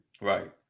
Right